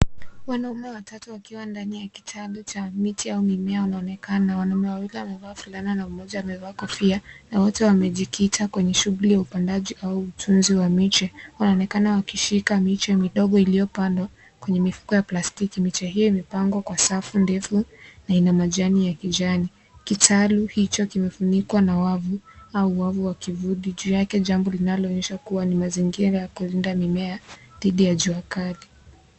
Wanaume watatu wakiwa ndani ya kitalu cha miti au mimea unaonekana. Wanaume wawili wamevaa fulana na mmoja amevaa kofia na wote wamejikita kwenye shughuli ya upandaji au utunzi wa miche. Wanaonekana wakishika miche midogo iliyopandwa kwenye mifuko ya plastiki. Miche hiyo imepangwa kwa safu ndefu na ina majani ya kijani. Kitalu hicho kimefunikwa na wavu au wavu wa kivuli juu yake jambao linaloonyesha kuwa ni mazingira ya kulinda mimea dhidi ya jua kali.